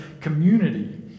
community